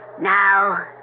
Now